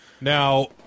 Now